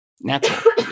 natural